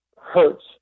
hurts